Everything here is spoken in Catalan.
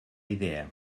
idea